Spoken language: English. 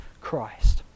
Christ